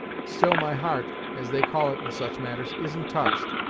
still my heart, as they call it in such matters, isn't touched,